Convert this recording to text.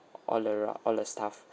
all arou~ all the stuff